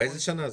באיזה שנה זה?